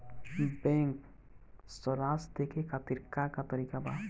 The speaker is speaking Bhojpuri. बैंक सराश देखे खातिर का का तरीका बा?